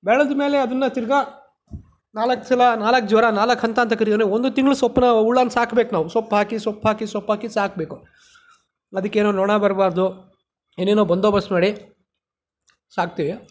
ಬೆಳೆದಮೇಲೆ ಅದನ್ನು ತಿರುಗ ನಾಲ್ಕು ಸಲ ನಾಲ್ಕು ಜ್ವರ ನಾಲ್ಕು ಹಂತ ಅಂತ ಕರಿಯೋರು ಒಂದು ತಿಂಗಳು ಸೊಪ್ಪನ್ನ ಹುಳನ ಸಾಕ್ಬೇಕು ನಾವು ಸೊಪ್ಪು ಹಾಕಿ ಸೊಪ್ಪು ಹಾಕಿ ಸೊಪ್ಪು ಹಾಕಿ ಸಾಕಬೇಕು ಅದಕ್ಕೆ ನೊಣ ಬರಬಾರ್ದು ಏನೇನೊ ಬಂದೋಬಸ್ತ್ ಮಾಡಿ ಸಾಕ್ತೀವಿ